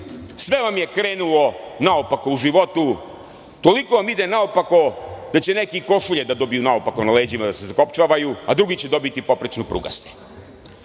Sve vam je krenulo naopako u životu, toliko vam ide naopako da će neki i košulje da dobiju naopako na leđima da se zakopčavaju, a drugi će dobiti poprečnoprugaste. Srbija